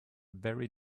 very